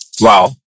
Wow